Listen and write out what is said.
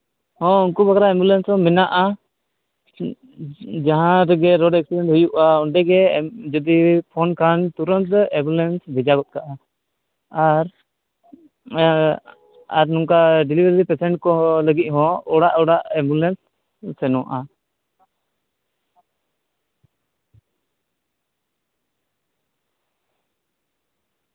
ᱦᱚᱸ ᱩᱱᱠᱩ ᱵᱟᱠᱷᱨᱟ ᱮᱢᱵᱩᱞᱮᱱᱥ ᱦᱚᱸ ᱢᱮᱱᱟᱜᱼᱟ ᱡᱟᱦᱟᱸ ᱨᱮᱜᱮ ᱨᱳᱰ ᱮᱠᱥᱤᱰᱮᱱᱴ ᱦᱩᱭᱩᱜᱼᱟ ᱚᱸᱰᱮ ᱜᱮ ᱡᱩᱫᱤ ᱯᱷᱳᱱ ᱠᱷᱟᱱ ᱛᱩᱸᱨᱟᱹᱫ ᱜᱮ ᱮᱢᱵᱩᱞᱮᱱᱥ ᱵᱷᱮᱡᱟ ᱜᱚᱫ ᱠᱟᱜᱼᱟ ᱟᱨ ᱱᱚᱛᱮ ᱰᱤᱞᱤᱵᱷᱟᱨᱤ ᱯᱮᱥᱮᱱᱴ ᱠᱚ ᱞᱟᱹᱜᱤᱫ ᱦᱚᱸ ᱚᱲᱟᱜ ᱚᱲᱟᱜ ᱮᱢᱵᱩᱞᱮᱱᱥ ᱥᱮᱱᱚᱜᱼᱟ